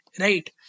right